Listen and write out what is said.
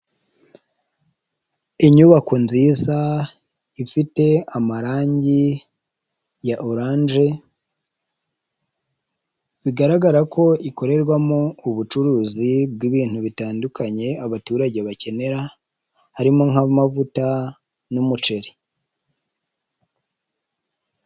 Inyubako nziza ifite amarange ya oranje bigaragara ko ikorerwamo ubucuruzi bw'ibintu bitandukanye abaturage bakenera harimo nk'amavuta n'umuceri.